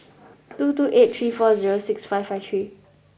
two two eight three four zero six five five three